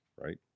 right